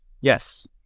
yes